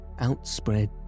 outspread